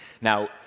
Now